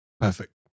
Perfect